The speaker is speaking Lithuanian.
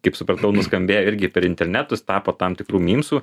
kaip supratau nuskambėjo irgi per internetus tapo tam tikru mymsu